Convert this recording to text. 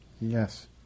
Yes